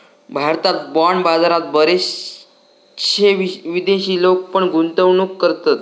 भारतात बाँड बाजारात बरेचशे विदेशी लोक पण गुंतवणूक करतत